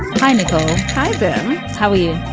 hi, nicole hi, ben how are you?